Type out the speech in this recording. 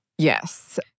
Yes